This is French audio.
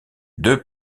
deux